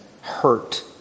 hurt